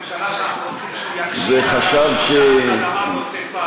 תגיד לראש הממשלה שאנחנו רוצים שהוא יקשיב לרעשים מתחת לאדמה בעוטף-עזה.